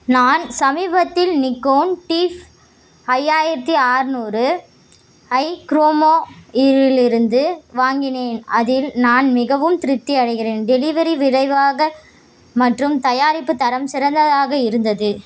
நான் சமீபத்தில் நிக்கோன் டிஃப் ஐயாயிரத்தி அறநூறு ஐ க்ரோமா இருலிருந்து வாங்கினேன் அதில் நான் மிகவும் திருப்தி அடைகிறேன் டெலிவரி விரைவாக மற்றும் தயாரிப்பு தரம் சிறந்ததாக இருந்தது